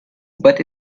but